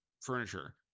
furniture